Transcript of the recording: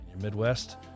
Midwest